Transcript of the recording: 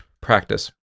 practice